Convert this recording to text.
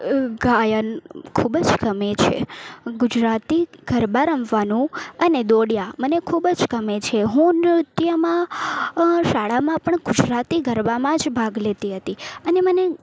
ગાયન ખૂબ જ ગમે છે ગુજરાતી ગરબા રમવાનો અને દોડ્યા મને ખૂબ જ ગમે છે હું નૃત્યમાં શાળામાં પણ ગુજરાતી ગરબામાં જ ભાગ લેતી હતી અને મને